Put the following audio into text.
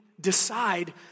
decide